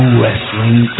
wrestling